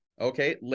Okay